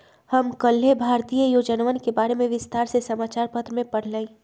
हम कल्लेह भारतीय योजनवन के बारे में विस्तार से समाचार पत्र में पढ़ लय